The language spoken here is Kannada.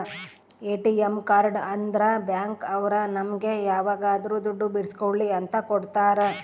ಎ.ಟಿ.ಎಂ ಕಾರ್ಡ್ ಅಂದ್ರ ಬ್ಯಾಂಕ್ ಅವ್ರು ನಮ್ಗೆ ಯಾವಾಗದ್ರು ದುಡ್ಡು ಬಿಡ್ಸ್ಕೊಳಿ ಅಂತ ಕೊಡ್ತಾರ